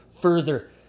further